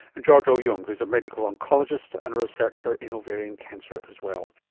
and george au-yeung who is a medical oncologist and researcher in ovarian cancer as well